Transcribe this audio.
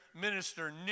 Minister